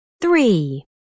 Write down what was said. Three